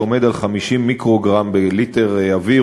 שעומד על 50 מיקרוגרם בליטר אוויר,